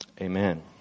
Amen